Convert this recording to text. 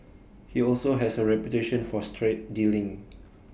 he also has A reputation for straight dealing